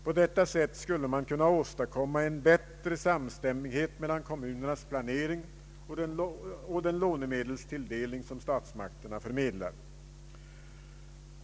På detta sätt skulle man kunna åstadkomma en bättre samstämmighet mellan kommunernas planering och den lånemedelstilldelning som statsmakterna förmedlar.